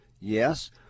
Yes